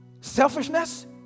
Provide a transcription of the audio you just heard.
Selfishness